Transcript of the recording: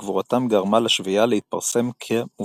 גבורתם גרמה לשביעייה להתפרסם כ"מופלאים".